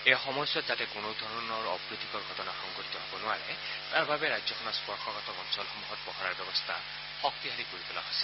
এই সময়ছোৱাত যাতে কোনোধৰণৰ অপ্ৰীতিকৰ ঘটনা সংঘটিত হব নোৱাৰে তাৰ বাবে ৰাজ্যখনৰ স্পৰ্শকাতৰ অঞ্চলসমূহত পহৰাৰ ব্যৱস্থা শক্তিশালী কৰি তোলা হৈছে